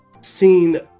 seen